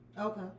Okay